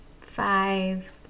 five